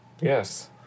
Yes